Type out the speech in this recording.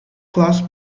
class